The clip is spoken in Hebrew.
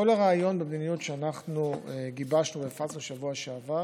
כל הרעיון במדיניות שגיבשנו והפצנו בשבוע שעבר